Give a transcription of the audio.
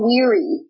Weary